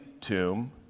tomb